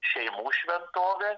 šeimų šventovė